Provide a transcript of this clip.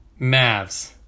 Mavs